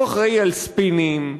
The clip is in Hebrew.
הוא אחראי על ספינים,